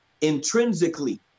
intrinsically